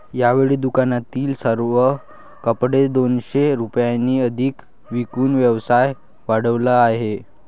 यावेळी दुकानातील सर्व कपडे दोनशे रुपयांनी अधिक विकून व्यवसाय वाढवला आहे